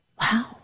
Wow